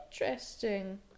Interesting